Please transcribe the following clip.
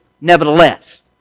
nevertheless